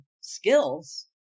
skills